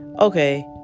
okay